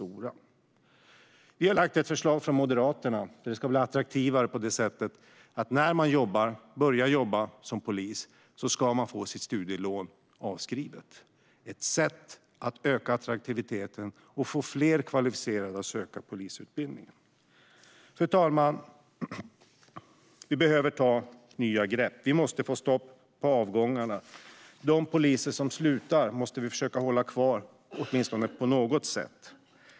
Vi från Moderaterna har lagt ett förslag om att polisyrket ska bli attraktivare på det sättet att när man börjar jobba som polis ska man få sitt studielån avskrivet. Det är ett sätt att öka attraktiviteten och få fler kvalificerade att söka polisutbildningen. Fru talman! Vi behöver ta nya grepp. Vi måste få stopp på avgångarna. De poliser som slutar måste vi åtminstone på något sätt försöka att hålla kvar.